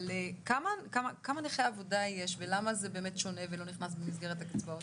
כמה נכי עבודה יש ולמה זה באמת שונה ולא נכנס במסגרת הקצבאות.